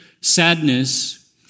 sadness